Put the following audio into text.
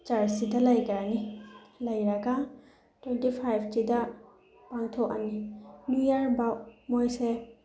ꯆꯔꯆꯁꯤꯗ ꯂꯩꯈ꯭ꯔꯅꯤ ꯂꯩꯔꯒ ꯇ꯭ꯋꯦꯟꯇꯤ ꯐꯥꯏꯚꯁꯤꯗ ꯄꯥꯡꯊꯣꯛꯑꯅꯤ ꯅ꯭ꯌꯨ ꯏꯌꯔꯐꯥꯎ ꯃꯣꯏꯁꯦ